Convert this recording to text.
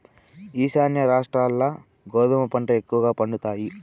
ఈశాన్య రాష్ట్రాల్ల గోధుమ పంట ఎక్కువగా పండుతాయి